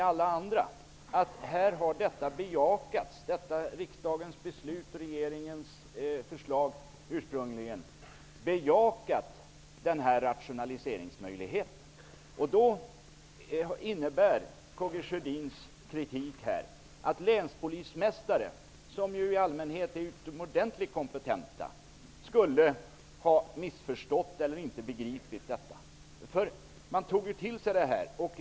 Alla andra konstaterar att regeringens förslag och riksdagens beslut om rationalisering har bejakats. K G Sjödins kritik innebär att länspolismästare som i allmänhet är utomordentligt kompetenta skulle ha missförstått eller inte begripit detta. De tog ju till sig beslutet om rationalisering!